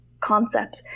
concept